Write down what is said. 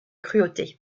cruauté